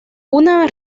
una